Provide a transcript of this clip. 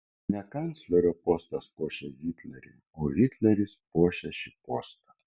ne kanclerio postas puošia hitlerį o hitleris puošia šį postą